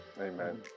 Amen